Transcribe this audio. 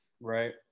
Right